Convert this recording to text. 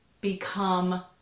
become